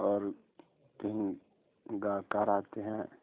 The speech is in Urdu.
اور کہیں گائکار آتے ہیں